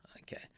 okay